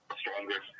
stronger